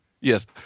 Yes